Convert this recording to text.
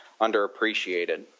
underappreciated